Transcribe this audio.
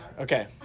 Okay